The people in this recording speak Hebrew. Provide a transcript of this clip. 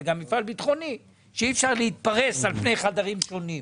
גם המפעל הוא מפעל ביטחוני שאי אפשר להתפרס על פני חדרים שונים.